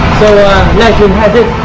legend has it.